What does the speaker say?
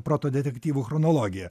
proto detektyvų chronologiją